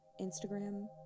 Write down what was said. instagram